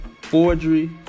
forgery